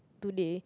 today